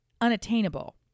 unattainable